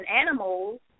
animals